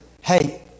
hey